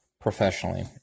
professionally